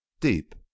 deep